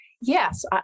Yes